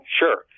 sure